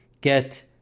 get